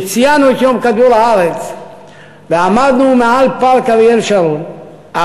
כשציינו את יום כדור-הארץ ועמדנו מעל פארק אריאל שרון,